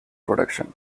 production